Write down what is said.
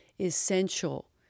essential